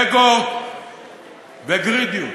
אגו וגרידיות,